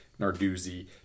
Narduzzi